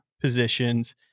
positions